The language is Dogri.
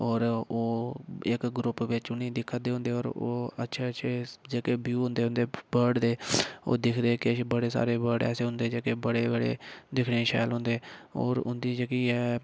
होर ओह् इक ग्रुप बिच उ'नें ई दिक्खा दे होंदे होर ओह् अच्छे अच्छे जेह्के व्यू होन्दे उं'दे बर्ड दे ओह् दिक्खदे किश बड़े सारे बर्ड ऐसे होंदे जेह्के बड़े बड़े दिक्खने ई शैल होंदे होर उं'दी जेह्की ऐ